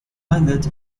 islet